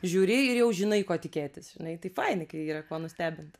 žiūri ir jau žinai ko tikėtis žinai tai fainai kai yra kuo nustebint